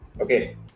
Okay